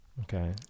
Okay